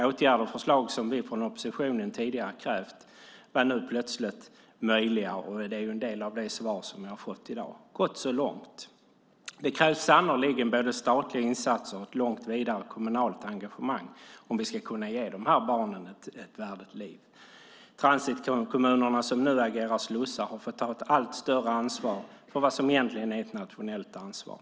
Åtgärder som vi i oppositionen tidigare hade krävt var nu plötsligt möjliga. Det är ju en del av det svar jag har fått i dag. Det är gott så långt. Det krävs sannerligen både statliga insatser och långt vidare kommunalt engagemang om vi ska kunna ge de här barnen ett värdigt liv. Transitkommunerna som nu agerar slussar har fått ta ett allt större ansvar för vad som egentligen är ett nationellt ansvar.